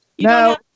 No